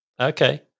Okay